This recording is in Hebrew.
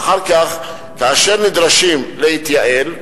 ואחר כך, כאשר נדרשים להתייעל,